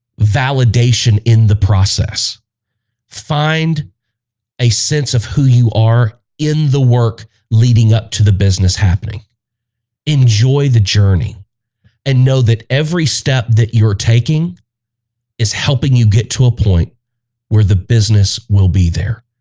validation in the process find a sense of who you are in the work leading up to the business happening enjoy the journey and know that every step that you're taking is helping you get to a point where the business will be there.